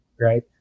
right